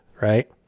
right